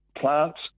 plants